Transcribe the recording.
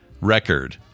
record